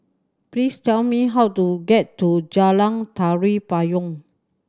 please tell me how to get to Jalan Tari Payong